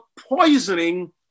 poisoning